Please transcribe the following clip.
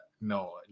no